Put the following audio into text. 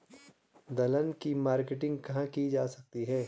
दलहन की मार्केटिंग कहाँ की जा सकती है?